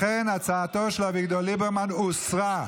לכן, הצעתו של אביגדור ליברמן הוסרה.